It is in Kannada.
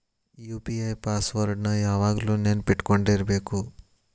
ಯು.ಪಿ.ಐ ಪಾಸ್ ವರ್ಡ್ ನ ಯಾವಾಗ್ಲು ನೆನ್ಪಿಟ್ಕೊಂಡಿರ್ಬೇಕು